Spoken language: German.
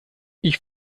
ich